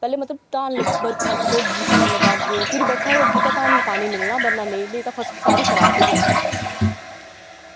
पैह्लें मतलब धान बरखा होग्गी धान लगागे फिर बरखा होग्गी ते धान गी पानी मिलना वर्ना नेईं नेईं तां फसल सारी खराब होई जानी